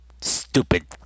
stupid